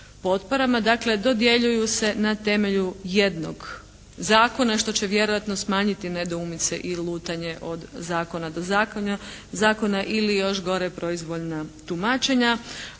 Dakle, dodjeljuju se na temelju jednog zakona, što će vjerojatno smanjiti nedoumice i lutanje od zakona do zakona ili još gore proizvoljna tumačenja.